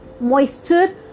moisture